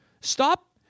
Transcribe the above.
Stop